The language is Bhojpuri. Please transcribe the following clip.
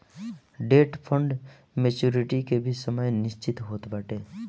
डेट फंड मेच्योरिटी के भी समय निश्चित होत बाटे